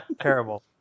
Terrible